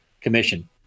commission